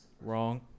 Wrong